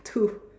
two